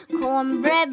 Cornbread